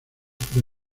por